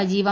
സജീവം